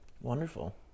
Wonderful